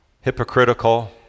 hypocritical